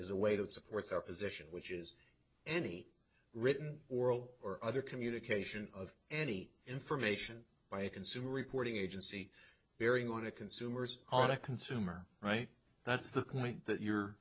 is a way that supports our position which is any written oral or other communication of any information by a consumer reporting agency bearing on a consumers on a consumer right that's the point that you